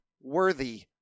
worthy